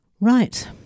Right